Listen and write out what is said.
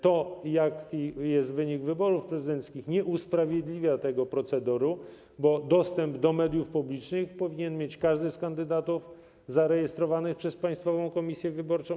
To, jaki jest wynik wyborów prezydenckich, nie usprawiedliwia tego procederu, bo dostęp do mediów publicznych powinien mieć każdy z kandydatów zarejestrowanych przez Państwową Komisję Wyborczą.